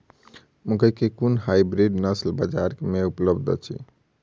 मकई केँ कुन केँ हाइब्रिड नस्ल बजार मे उपलब्ध अछि?